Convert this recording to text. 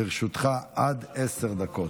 לרשותך עד עשר דקות.